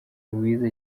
louise